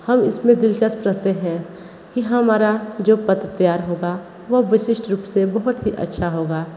हम इसमें दिलचस्प रहते हैं कि हमारा जो पत्र तैयार होगा वह विशिष्ट रूप से बहुत ही अच्छा होगा